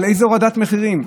איזה הורדת מחירים?